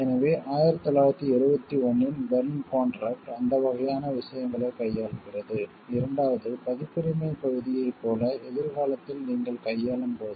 எனவே 1971 இன் Berne contract அந்த வகையான விஷயங்களைக் கையாள்கிறது இரண்டாவது பதிப்புரிமைப் பகுதியைப் போல எதிர்காலத்தில் நீங்கள் கையாளும் போது